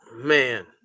man